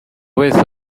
wese